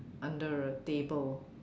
under a table